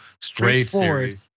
straightforward